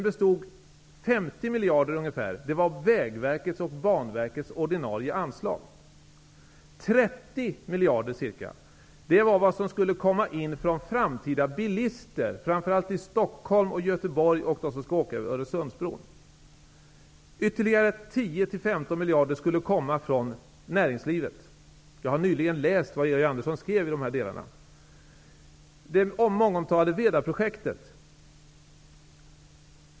Ca 50 miljarder var Vägverkets och Banverkets ordinarie anslag. Ca 30 miljarder var det som skulle komma in från framtida bilister, framför allt i Stockholm och Göteborg och från dem som skall åka över Öresundsbron. Ytterligare 10--15 miljarder skulle komma från näringslivet. Jag har nyligen läst vad Georg Andersson skrev i de här delarna.